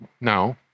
no